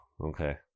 Okay